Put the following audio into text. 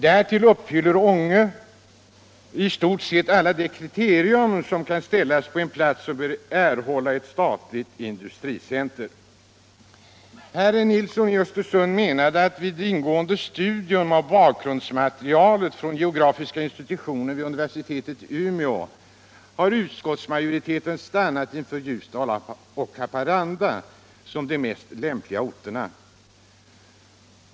Därtill uppfyller Ånge i stort sett alla de kriterier som kan ställas på en plats som bör erhålla ett statligt industricenter. Herr Nilsson i Östersund menade att vid ingående studium av bakgrundsmaterialet från geografiska institutionen vid universitetet i Umeå har utskottsmajoriteten stannat inför Ljusdal och Haparanda som de mest lämpliga orterna.